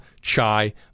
chai